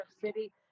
City